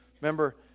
Remember